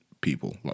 people